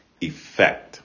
effect